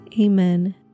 Amen